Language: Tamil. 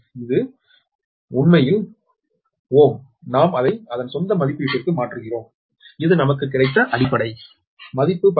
இது உண்மையில் ஓம் நாம் அதை அதன் சொந்த மதிப்பீட்டிற்கு மாற்றுகிறோம் இது நமக்கு கிடைத்த அடிப்படை மதிப்பு 11